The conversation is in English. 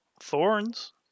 thorns